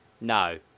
No